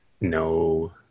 no